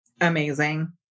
Amazing